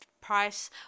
Price